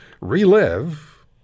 relive